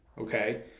okay